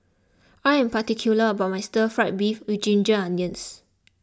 I am particular about my Stir Fry Beef with Ginger Onions